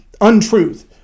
untruth